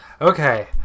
Okay